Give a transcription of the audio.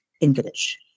English